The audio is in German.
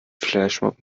flashmob